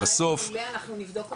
זה רעיון מעולה, אנחנו נבדוק אותו.